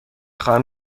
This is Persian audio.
خواهم